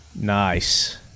Nice